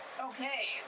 Okay